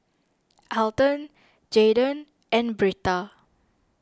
Elton Jaydan and Britta